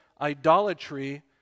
idolatry